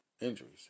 injuries